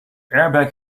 airbag